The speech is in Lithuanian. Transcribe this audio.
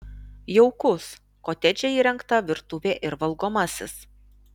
jaukus kotedže įrengta virtuvė ir valgomasis